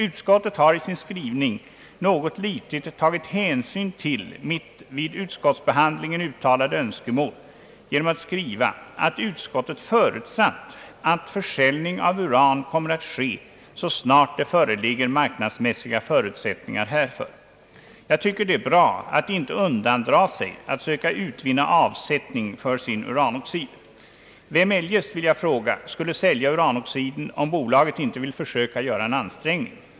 Utskottet har i sin skrivning något litet tagit hänsyn till mitt vid utskottsbehandlingen uttalade önskemål genom att skriva, att utskottet förutsatt, att försäljning av uran kommer att ske, så snart det föreligger marknadsmässiga förutsättningar härför. Jag tycker att det är bra att inte undandra sig att söka vinna avsättning för sin uranoxid. Jag vill fråga: Vem eljest skulle sälja uranoxiden, om bolaget inte vill försöka göra en ansträngning?